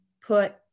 put